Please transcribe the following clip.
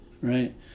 right